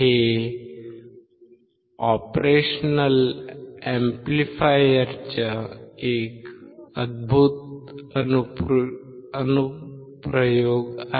हे ऑपरेशनल अम्प्लिफायरचे एक अद्भुत अनुप्रयोग आहे